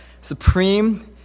supreme